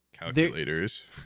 calculators